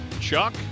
Chuck